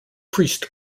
priest